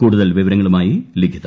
കൂടുതൽ വിവരങ്ങളുമായി ലിഖിത